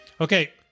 Okay